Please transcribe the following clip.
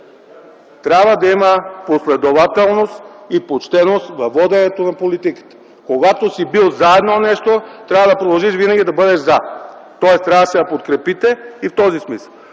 Трябва да има последователност и почтеност в воденето на политиката. Когато си бил „за” едно нещо, трябва да продължиш винаги да бъдеш „за”, тоест трябваше да подкрепите и в този смисъл.